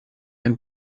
ein